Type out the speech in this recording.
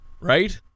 right